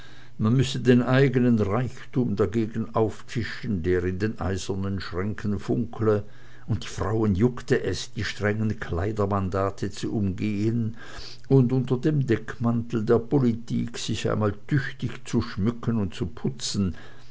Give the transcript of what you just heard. man müsse den eigenen reichtum dagegen auftischen der in den eisernen schränken funkle und die frauen juckte es die strengen kleidermandate zu umgehen und unter dem deckmantel der politik sich einmal tüchtig zu schmücken und zu putzen